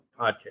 Podcast